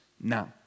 now